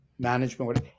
management